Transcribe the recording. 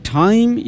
time